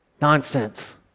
nonsense